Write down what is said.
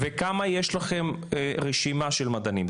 וכמה יש לכם רשימה של מדענים?